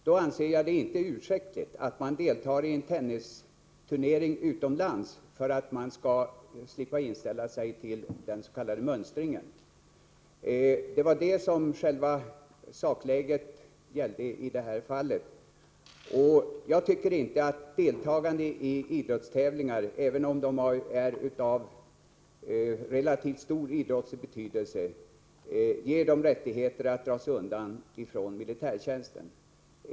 Då anser jag inte att deltagande i tennisturneringar utomlands får vara en ursäkt, så att man slipper inställa sig till den s.k. mönstringen — detta var situationen i det aktuella fallet. Jag tycker inte att deltagande i idrottstävlingar — även om de är av relativt stor idrottslig betydelse — skall ge rättigheter att dra sig undan militärtjänsten.